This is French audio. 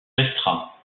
restreints